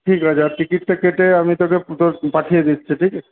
ঠিক আছে আর টিকিটটা কেটে আমি তোকে তোর পাঠিয়ে দিচ্ছি ঠিক আছে